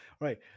right